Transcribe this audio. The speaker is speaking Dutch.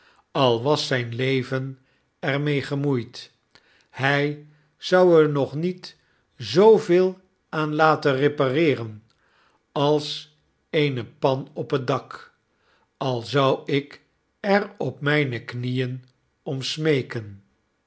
al was zyn leven er mee gemoeid hy zou er nog niet zooveel aan lateh repareeren als eene pan op het dak al zou ik er op myne knieen ora smeeken